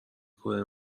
کره